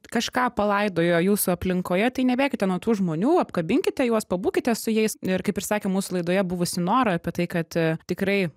kažką palaidojo jūsų aplinkoje tai nebėkite nuo tų žmonių apkabinkite juos pabūkite su jais ir kaip ir sakė mūsų laidoje buvusi nora apie tai kad tikrai